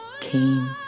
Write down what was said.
came